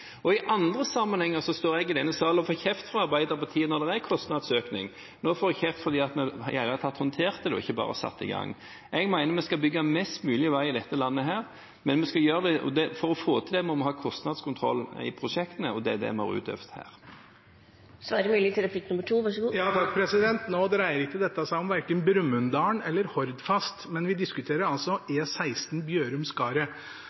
I andre sammenhenger står jeg i denne salen og får kjeft fra Arbeiderpartiet når det er kostnadsøkning. Nå får jeg kjeft fordi vi i det hele tatt håndterte det og ikke bare satte i gang. Jeg mener vi skal bygge mest mulig vei i dette landet, og for å få det til må vi ha kostnadskontroll i prosjektene, og det er det vi har utøvd her. Nå dreier dette seg verken om Brumunddal eller Hordfast, men vi diskuterer altså E16 Bjørum–Skaret. Det var en grei presisering å få at det er samferdselsministeren som har bestemt at saken ikke